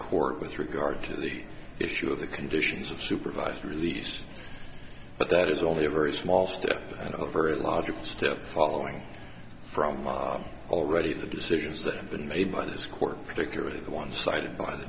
court with regard to the issue of the conditions of supervised released but that is only a very small step and overt logical step following from already the decisions that have been made by this court particularly the one cited